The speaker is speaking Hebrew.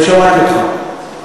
לא שמעתי אותך,